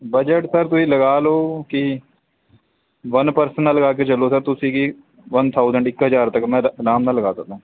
budget sir ਤੁਸੀਂ ਲਗਾ ਲਓ ਕਿ ਵਨ ਪਰਸਨ ਦਾ ਲਗਾ ਕੇ ਚੱਲੋ ਸਰ ਤੁਸੀਂ ਕਿ ਵੰਨ ਥਾਉਂਸੰਡ ਇੱਕ ਹਜ਼ਾਰ ਤੱਕ ਮੈਂ ਅਰਾਮ ਨਾਲ ਲਗਾ ਸਕਦਾ